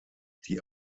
die